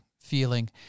Feeling